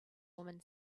woman